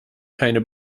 keine